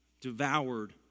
devoured